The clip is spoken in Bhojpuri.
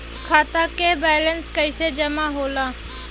खाता के वैंलेस कइसे जमा होला?